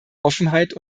offenheit